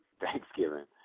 Thanksgiving